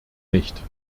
nicht